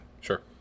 Sure